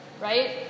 right